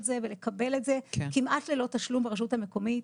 זה ולקבל את זה כמעט ללא תשלום ברשות המקומית.